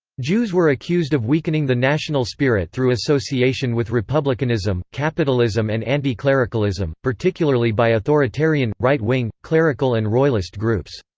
jews were accused of weakening the national spirit through association with republicanism, capitalism and anti-clericalism, particularly by authoritarian, right wing, clerical and royalist groups.